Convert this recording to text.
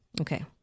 Okay